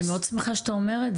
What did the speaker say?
אנחנו מתמקדים בשמונה תחומי ליבה.